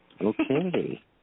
Okay